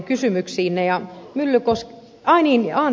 ai niin anteeksi